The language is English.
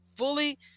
fully